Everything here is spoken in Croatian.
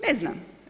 Ne znam.